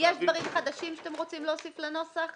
יש דברים חדשים שאתם רוצים להוסיף לנוסח?